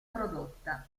prodotta